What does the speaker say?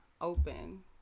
open